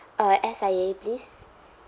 uh S_I_A please